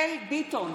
ביטון,